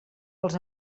els